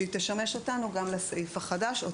שאותה הגדרה תשמש אותנו גם לסעיף החדש.